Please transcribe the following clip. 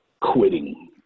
quitting